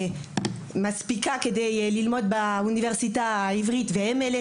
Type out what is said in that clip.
ברמה שמספיקה להם כדי להתקבל לאוניברסיטה העברית הם אלה